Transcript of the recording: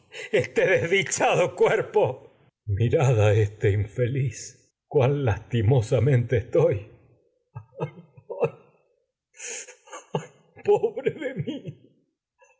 este desdichado cuerpo mirad ah este infeliz cuán lastimosamente estoy